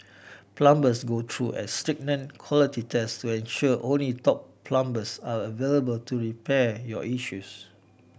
plumbers go through a stringent quality test ensure only top plumbers are available to repair your issues